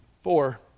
Four